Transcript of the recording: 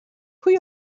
pwy